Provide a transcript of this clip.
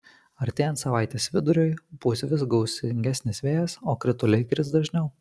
artėjant savaitės viduriui pūs vis gūsingesnis vėjas o krituliai kris dažniau